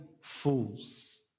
fools